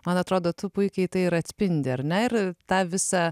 man atrodo tu puikiai tai ir atspindi ar ne ir tą visą